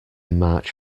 march